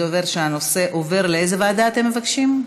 זה אומר שהנושא עובר, לאיזו ועדה אתם מבקשים?